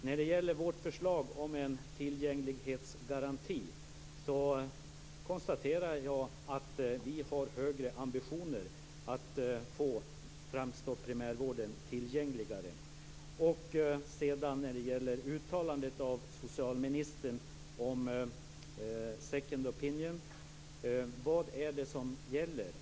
När det gäller vårt förslag om en tillgänglighetsgaranti konstaterar jag att vi har högre ambitioner att göra främst primärvården tillgängligare. Beträffande socialministerns uttalande om second opinion, vad är det som gäller?